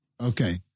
Okay